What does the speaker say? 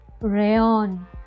rayon